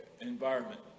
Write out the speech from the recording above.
environment